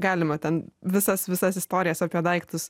galima ten visas visas istorijas apie daiktus